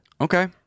Okay